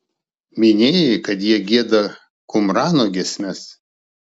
minėjai kad jie gieda kumrano giesmes